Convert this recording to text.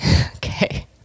Okay